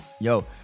Yo